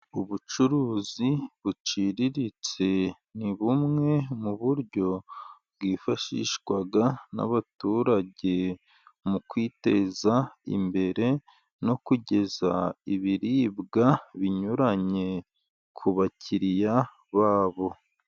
Ubucuruzi buciriritse, ni bumwe mu buryo bwifashishwa n'abaturage, mu kwiteza imbere no kugeza ibiribwa binyuranye ku bakiriya babo.